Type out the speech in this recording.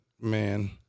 man